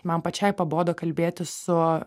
man pačiai pabodo kalbėti su